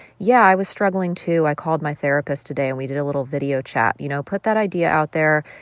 yeah, i was struggling, too. i called my therapist today, and we did a little video chat you know, put that idea out there.